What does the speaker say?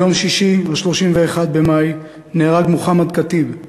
ביום שישי, 31 במאי, נהרג מוחמד ח'טיב,